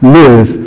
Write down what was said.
live